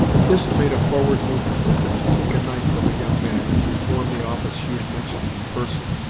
hist made a forward movement, as if to take a knife from a young man, and perform the office she had mentioned in person,